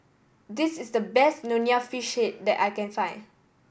this is the best Nonya Fish Head that I can find